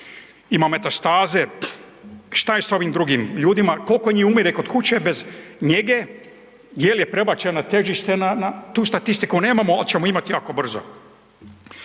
ima metastaze, šta je s ovim drugim ljudima, koliko njih umire kod kuće bez njege, jel je prebačeno težište na, na, tu statistiku nemamo ali ćemo imati jako brzo.